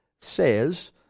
says